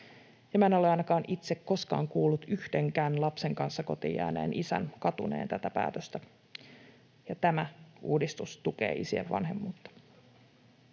en ole ainakaan itse koskaan kuullut yhdenkään lapsen kanssa kotiin jääneen isän katuneen tätä päätöstä, ja tämä uudistus tukee isien vanhemmuutta.